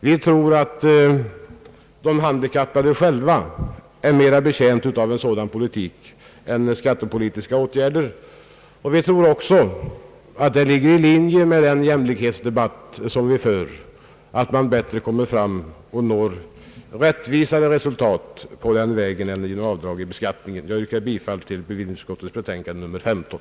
Vi tror att de handikappade är mera betjänta av en sådan politik än av skattepolitiska åtgärder, och vi tror också att detta ligger i linje med det jämlikhetskrav som vi hävdar. Man når rättvisare resultat på den vägen än genom avdrag i beskattningen. Jag yrkar bifall till bevillningsutskottets betänkande nr 15.